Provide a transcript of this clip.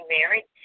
married